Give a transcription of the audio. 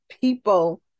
people